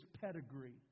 pedigree